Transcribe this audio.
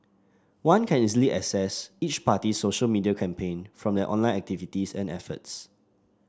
one can easily assess each party's social media campaign from their online activities and efforts